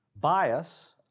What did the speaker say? bias